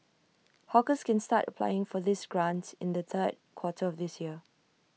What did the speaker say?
hawkers can start applying for this grant in the third quarter of this year